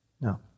no